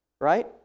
Right